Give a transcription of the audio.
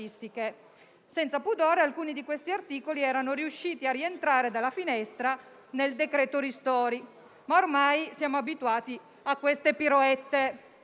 Senza pudore, alcuni di quegli articoli erano riusciti a rientrare dalla finestra nel decreto-legge ristori. Ma ormai siamo abituati a piroette